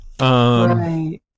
Right